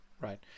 right